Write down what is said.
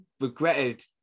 regretted